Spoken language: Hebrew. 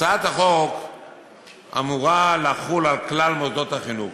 הצעת החוק אמורה לחול על כלל מוסדות החינוך,